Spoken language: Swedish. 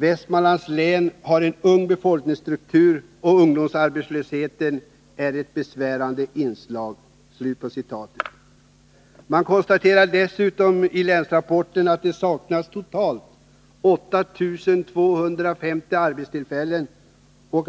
Västmanlands län har en ung befolkningsstruktur och ungdomsarbetslösheten är ett besvärande inslag.” Man konstaterar dessutom i länsrapporten att det saknas totalt 8 250 arbetstillfällen, och